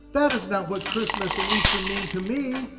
that is not what christmas and easter mean to me.